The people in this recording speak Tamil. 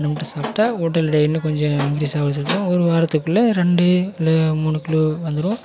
ரெண்டு முட்டை சாப்பிட்டா உடல் எடை இன்னும் கொஞ்சம் இன்க்ரீஸ் ஆகிறதுக்கும் ஒரு வாரத்துக்குள்ளே ரெண்டு இல்லை மூணு கிலோ வந்துடும்